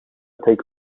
take